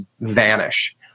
vanish